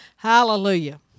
Hallelujah